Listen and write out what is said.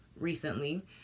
recently